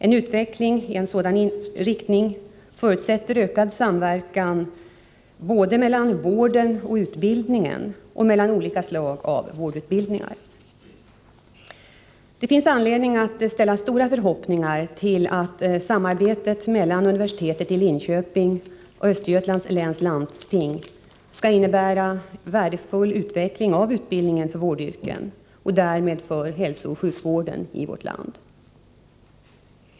En utveckling i sådan riktning förutsätter ökad samverkan både mellan vården och utbildningen och mellan olika slag av vårdutbildningar. Det finns anledning att ställa stora förhoppningar till att samarbetet mellan universitetet i Linköping och Östergötlands läns landsting skall innebära värdefull utveckling av utbildningen för vårdyrken och därmed för hälsooch sjukvården i vårt land.